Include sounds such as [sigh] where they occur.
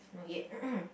not yet [noise]